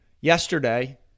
yesterday